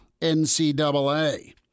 NCAA